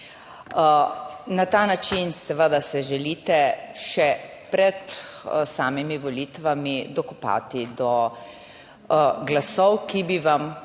Na ta način seveda se želite še pred samimi volitvami dokopati do glasov, ki bi vam pomagali